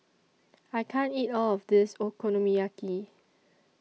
I can't eat All of This Okonomiyaki